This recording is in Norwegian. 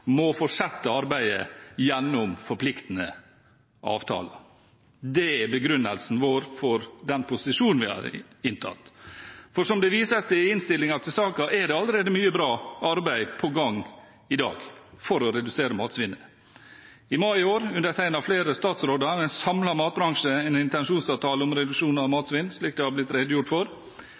må fortsette arbeidet gjennom forpliktende avtaler. Det er begrunnelsen vår for den posisjonen vi har inntatt. For som det vises til i innstillingen til saken, er det allerede mye bra arbeid i gang i dag for å redusere matsvinnet. I mai i år undertegnet flere statsråder og en samlet matbransje en intensjonsavtale om reduksjon av matsvinn, slik det er blitt redegjort for.